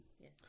Yes